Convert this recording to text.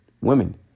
women